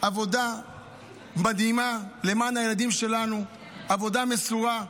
עבודה מדהימה למען הילדים שלנו, עבודה מסורה.